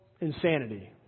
insanity